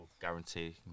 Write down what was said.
guarantee